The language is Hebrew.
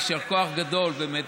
יישר כוח גדול באמת,